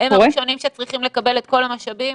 הם הראשונים שצריכים לקבל את כל המשאבים?